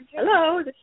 Hello